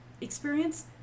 experience